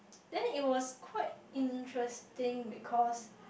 then it was quite interesting because